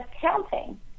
counting